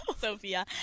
Sophia